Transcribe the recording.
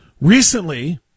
Recently